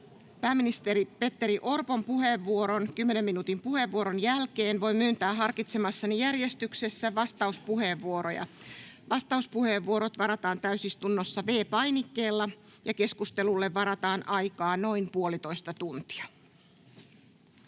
Pääministeri Petteri Orpon kymmenen minuutin puheenvuoron jälkeen voin myöntää harkitsemassani järjestyksessä vastauspuheenvuoroja. Vastauspuheenvuorot varataan täysistunnossa V-painikkeella. Keskustelulle varataan aikaa noin puolitoista tuntia.